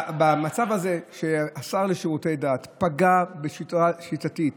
במצב הזה, שהשר לשירותי דת פגע בצורה שיטתית